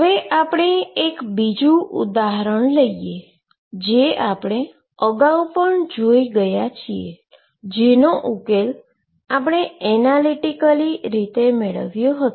હવે આપણે બીજું એક ઉદાહરણ લઈએ જે આપણે અગાઉ પણ જોઈ ગયા છીએ જેનો આપણે એનાલીટીકલી રીતે ઉકેલ મેળવ્યો હતો